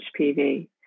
HPV